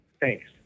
thanks